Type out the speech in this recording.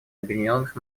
объединенных